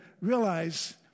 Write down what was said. realize